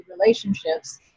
relationships